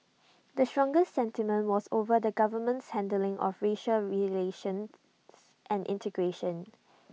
the strongest sentiment was over the government's handling of racial relations and integration